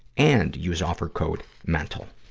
and use offer code mental.